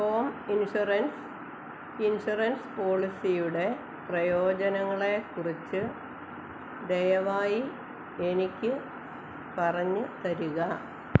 home insurance insurance പോളിസിയുടെ പ്രയോജനങ്ങളെക്കുറിച്ച് ദയവായി എനിക്ക് പറഞ്ഞ് തരിക